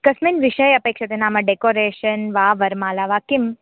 कस्मिन् विषये अपेक्ष्यते नाम डेकोरेशन् वा वरमाला वा किं